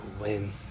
win